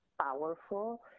powerful